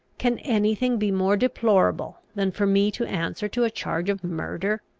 can any thing be more deplorable than for me to answer to a charge of murder?